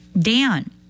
Dan